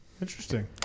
Interesting